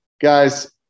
Guys